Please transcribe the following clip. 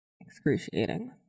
excruciating